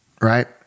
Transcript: right